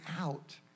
out